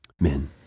men